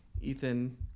ethan